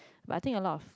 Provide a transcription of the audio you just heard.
but I think a lot of